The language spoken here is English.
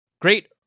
great